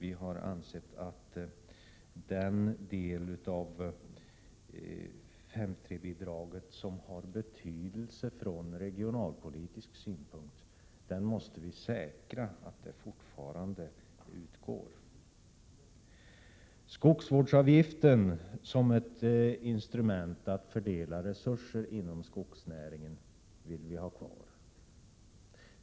Vi anser att vi måste säkra att den del av 583-bidraget som har betydelse från regionalpolitisk synpunkt alltfört kommer att utgå. Vi vill ha kvar skogsvårdsavgiften som ett instrument att fördela resurser inom skogsnäringen.